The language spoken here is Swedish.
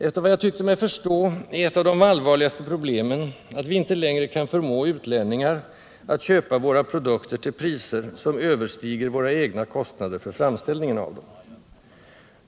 Efter vad jag tyckte mig förstå är ett av de allvarligaste problemen att vi inte längre kan förmå utlänningar att köpa våra produkter till priser som överstiger våra egna kostnader för framställningen av dem.